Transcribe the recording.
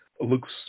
looks